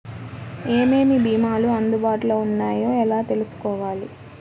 ఏమేమి భీమాలు అందుబాటులో వున్నాయో ఎలా తెలుసుకోవాలి?